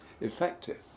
effective